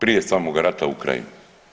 Prije samoga rata u Ukrajini.